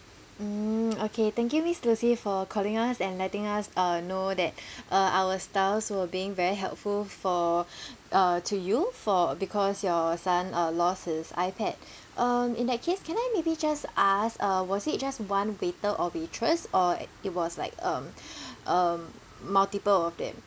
mm okay thank you miss lucy for calling us and letting us uh know that uh our staffs were being very helpful for uh to you for because your son uh lost his ipad um in that case can I maybe just ask uh was it just one waiter or waitress or it was like um um multiple of them